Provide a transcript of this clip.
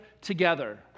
together